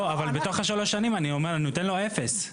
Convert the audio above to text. אבל בתוך השלוש שנים אני נותן לו אפס.